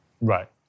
Right